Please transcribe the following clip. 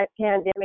pandemic